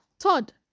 Third